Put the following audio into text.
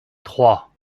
trois